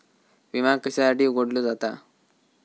विमा कशासाठी उघडलो जाता?